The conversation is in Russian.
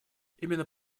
именно